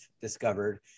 discovered